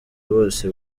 bose